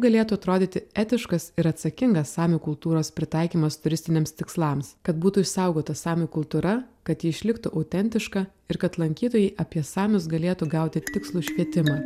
galėtų atrodyti etiškas ir atsakingas samių kultūros pritaikymas turistiniams tikslams kad būtų išsaugota samių kultūra kad ji išliktų autentiška ir kad lankytojai apie samius galėtų gauti tikslų švietimą